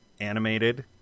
animated